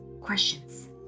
questions